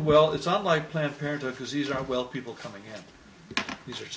well it's not like planned parenthood has these are well people coming here these are